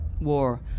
war